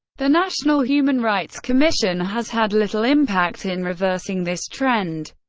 the national human rights commission has had little impact in reversing this trend,